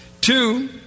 Two